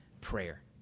prayer